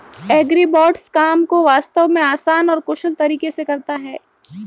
agribots काम को वास्तव में आसान और कुशल तरीके से करता है